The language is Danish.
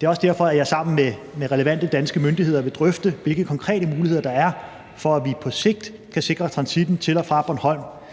det er også derfor, jeg sammen med relevante danske myndigheder vil drøfte, hvilke konkrete muligheder der er for, at vi på sigt kan sikre transitten til og fra Bornholm,